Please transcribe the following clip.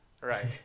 Right